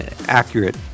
accurate